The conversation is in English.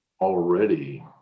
already